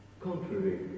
contrary